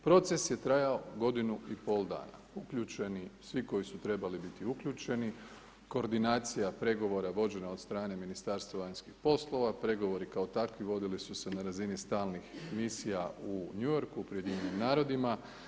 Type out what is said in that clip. Proces je trajao godinu i pol dan, uključeni svi koji su trebali biti uključeni, koordinacija vođena od strane Ministarstva vanjskih poslova, pregovori kao takvi vodili su se na razini stalnih misija u New Yorku pred Ujedinjenim narodima.